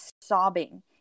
sobbing